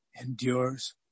endures